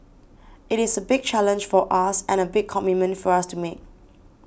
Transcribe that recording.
it is a big challenge for us and a big commitment for us to make